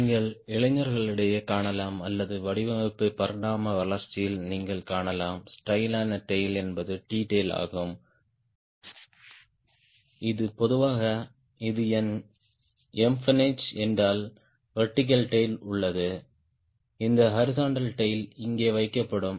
நீங்கள் இளைஞர்களிடையே காணலாம் அல்லது வடிவமைப்பு பரிணாம வளர்ச்சியில் நீங்கள் காணலாம் ஸ்டைலான டேய்ல் என்பது T tail ஆகும் இது பொதுவாக இது என் எம்பெனேஜ் என்றால் வெர்டிகல் டேய்ல் உள்ளது இந்த ஹாரிஸ்ன்ட்டல் டேய்ல் இங்கே வைக்கப்படும்